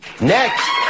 Next